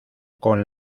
con